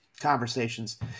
Conversations